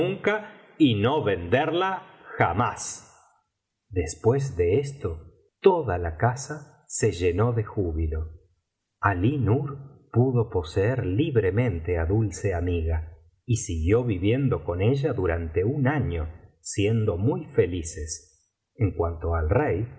y no venderla jamás después de esto toda la casa se llenó de júbilo alí nur pudo poseer libremente á dulce amiga y siguió viviendo con ella durante un año siendo muy felices en cuanto al rey